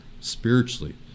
spiritually